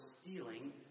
stealing